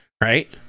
right